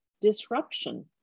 disruption